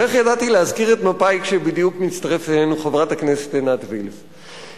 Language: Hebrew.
ואיך ידעתי להזכיר את מפא"י כשבדיוק מצטרפת אלינו חברת הכנסת עינת וילף,